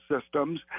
systems